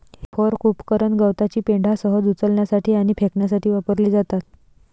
हे फोर्क उपकरण गवताची पेंढा सहज उचलण्यासाठी आणि फेकण्यासाठी वापरली जातात